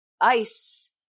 ice